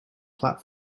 flap